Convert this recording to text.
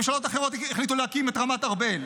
ממשלות אחרות החליטו להקים את רמת ארבל,